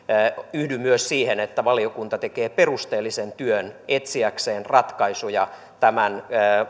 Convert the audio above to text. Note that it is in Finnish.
yhdyn myös siihen että valiokunta tekee perusteellisen työn etsiäkseen ratkaisuja tämän